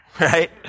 right